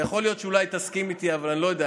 ויכול להיות שתסכים איתי אבל אני לא יודע,